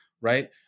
right